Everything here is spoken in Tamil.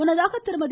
முன்னதாக திருமதி